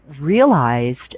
realized